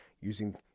using